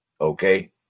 Okay